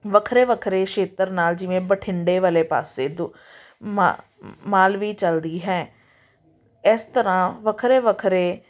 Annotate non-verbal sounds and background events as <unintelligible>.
ਵੱਖਰੇ ਵੱਖਰੇ ਖੇਤਰ ਨਾਲ ਜਿਵੇਂ ਬਠਿੰਡੇ ਵਾਲੇ ਪਾਸੇ ਦੁ ਮਾਂ <unintelligible> ਮਾਲਵੀ ਚੱਲਦੀ ਹੈ ਇਸ ਤਰ੍ਹਾਂ ਵੱਖਰੇ ਵੱਖਰੇ